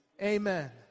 Amen